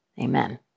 Amen